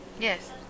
Yes